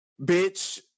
bitch